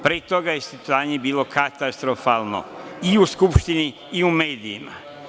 Pre toga je stanje bilo katastrofalno i u Skupštini i u medijima.